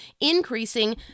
increasing